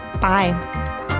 bye